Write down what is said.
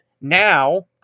now